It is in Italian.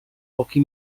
pochi